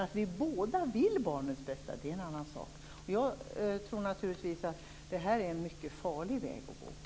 Att vi båda vill barnens bästa, är en annan sak. Jag tror naturligtvis att det här är en mycket farlig väg att gå.